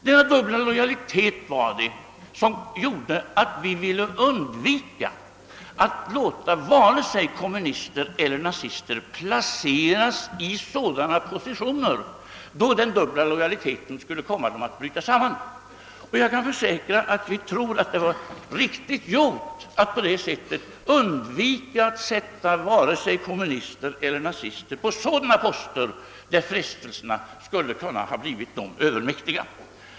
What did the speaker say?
Denna dubbla lojalitet var det som gjorde att vi ville undvika att låta kommunister eller nazister placeras i sådana positioner, där den dubbla lojaliteten skulle kunna komma dem att bryta samman. Jag kan försäkra att vi tror att det var riktigt gjort att på det sättet undvika att sätta kommunister eller nazister på sådana poster, där frestelserna skulle ha kunnat bli dem övermäktiga.